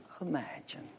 imagine